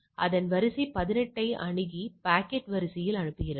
இப்போது அது வரிசை 18 ஐ அணுகி பாக்கெட்டை வரிசையில் அனுப்புகிறது